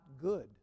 good